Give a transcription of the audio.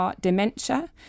Dementia